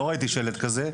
לא ראיתי שלט כזה,